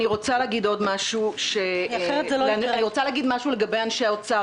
אני רוצה להגיד משהו לגבי אנשי משרד האוצר,